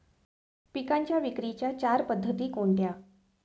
पिकांच्या विक्रीच्या चार पद्धती कोणत्या?